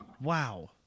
Wow